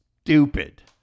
stupid